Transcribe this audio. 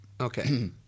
Okay